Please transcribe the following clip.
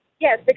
Yes